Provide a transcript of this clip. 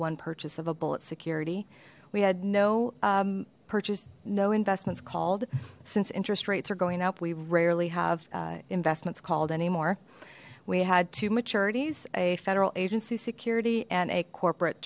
one purchase of a bullet security we had no purchase no investments called since interest rates are going up we rarely have investments called anymore we had two maturities a federal agency security and a corporate